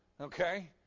Okay